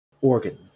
organ